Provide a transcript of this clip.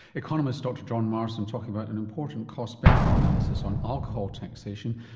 economist dr john marsden talking about an important cost benefit analysis on alcohol taxation,